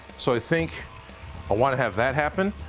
so i think i wanna have that happen.